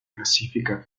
classifica